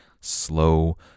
slow